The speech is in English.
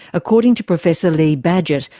according to professor lee badgett,